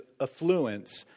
affluence